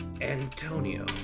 Antonio